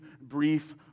brief